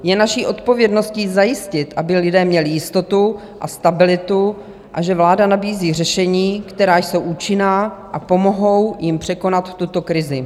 Je naší odpovědností zajistit, aby lidé měli jistotu a stabilitu, a že vláda nabízí řešení, která jsou účinná a pomohou jim překonat tuto krizi.